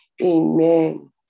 Amen